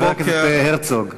חבר הכנסת הרצוג.